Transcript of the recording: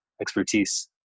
expertise